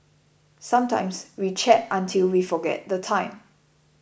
sometimes we chat until we forget the time